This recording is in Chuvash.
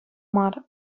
мар